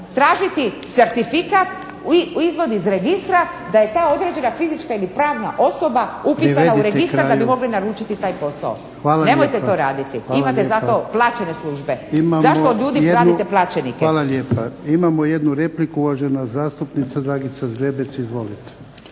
tražiti certifikat, izvod iz registra da je ta određena fizička ili pravna osoba upisana u registar da bi mogli naručiti taj posao. **Jarnjak, Ivan (HDZ)** Hvala lijepa. Imamo jednu repliku uvažena zastupnica Dragica Zgrebec. Izvolite.